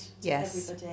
Yes